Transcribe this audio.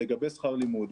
לגבי שכר לימוד,